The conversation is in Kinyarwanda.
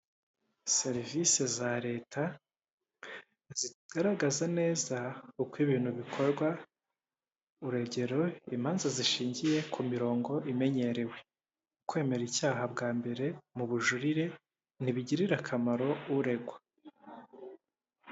Serivisi za leta zigaragaza neza uko ibintu bikorwa, urugero imanza zishingiye ku mirongo imenyerewe, kwemera icyaha bwa mbere mu bujurire ntibigirira akamaro uregwa.